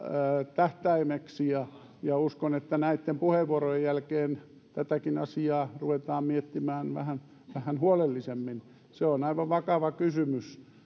tähtäimeksi ja ja uskon että näitten puheenvuorojen jälkeen tätäkin asiaa ruvetaan miettimään vähän vähän huolellisemmin se on aivan vakava kysymys